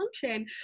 function